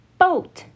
Boat